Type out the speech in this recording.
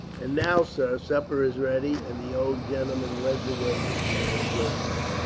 and now, sir, supper is ready and the old gentleman led the way into the next room.